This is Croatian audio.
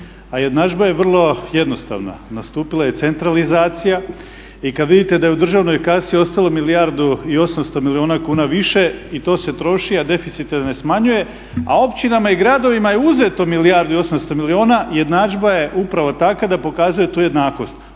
jednadžba je vrlo jednostavna, nastupila je centralizacija i kad vidite da je u državnoj kasi ostalo milijardu i 800 milijuna kuna više i to se troši a deficit se ne smanjuje a općinama i gradovima je uzeto milijardu i 800 milijuna jednadžba je upravo takva da pokazuje tu jednakost.